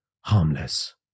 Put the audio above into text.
harmless